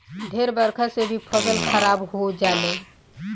ढेर बरखा से भी फसल खराब हो जाले